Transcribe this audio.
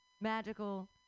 magical